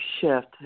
shift